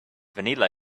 vanilla